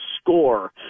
score